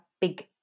big